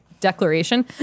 declaration